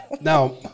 now